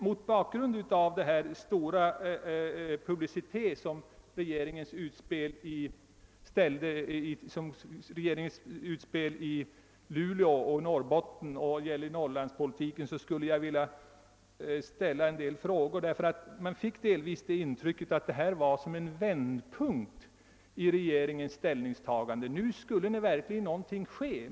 Mot bakgrunden av den stora publi citet som regeringens utspel i Luleå och Norrbotten när det gäller Norrlandspolitiken har fått vill jag ställa en del frågor. Man fick nämligen delvis det intrycket av regeringens ställningstagande, att vi nu befann oss vid en vändpunkt, nu skulle verkligen någonting ske.